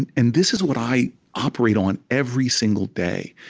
and and this is what i operate on, every single day.